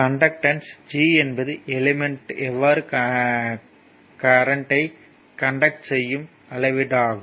conductance G என்பது element எவ்வாறு கரண்ட்யை கண்டாக்ட் செய்யும் அளவீட்டு ஆகும்